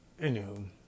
Anywho